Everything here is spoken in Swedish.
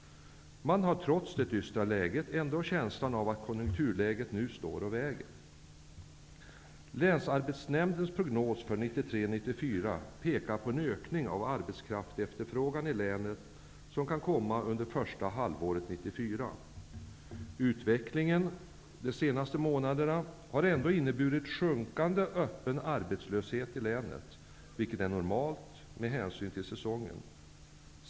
Man har trots det dystra läget ändå känslan av att konjunkturläget nu står och väger. Länsarbetsnämndens prognos för 1993/94 pekar på en ökning av arbetskraftsefterfrågan i länet under första halvåret 1994. Utvecklingen de senaste månaderna har ändå inneburit minskande öppen arbetslöshet i länet, vilket är normalt med hänsyn till säsongen.